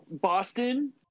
Boston